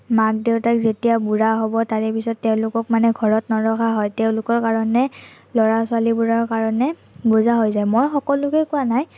মাক দেউতাক যেতিয়া বুঢ়া হ'ব তাৰেপিছত তেওঁলোকক মানে ঘৰত নৰখা হয় তেওঁলোকৰ কাৰণে ল'ৰা ছোৱালীবোৰৰ কাৰণে বোজা হৈ যায় মই সকলোকে কোৱা নাই